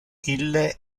ille